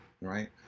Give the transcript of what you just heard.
right